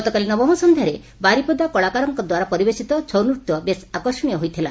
ଗତକାଲି ନବମ ସନ୍ଧ୍ୟାରେ ବାରିପଦା କଳାକାରଙ୍ଦ୍ୱାରା ପରିବେଷିତ ଛଉ ନୃତ୍ୟ ବେଶ୍ ଆକର୍ଷଣୀୟ ହୋଇଥିଲା